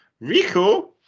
Rico